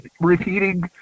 repeating